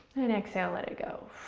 and exhale, let it go.